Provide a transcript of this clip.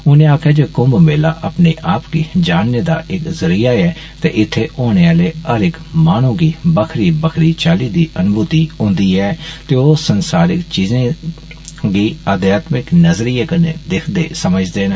उनें आक्खेआ जे कुम्म मेला अपने आप गी जानने दा बी इक जरिया ऐ ते इत्थै आने आले हर इक माहनूं गी बक्खरी बक्खरी चाल्ली दी अनुभूति होन्दी ऐ ते ओह् सांसरिक चीजें गी आध्यात्यिक नजरियें कन्नै दिखदे समझदे न